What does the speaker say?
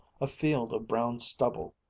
a field of brown stubble,